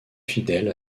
fidèle